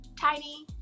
tiny